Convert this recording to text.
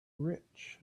rich